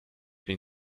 bin